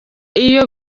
iyo